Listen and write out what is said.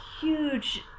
huge